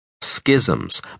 Schisms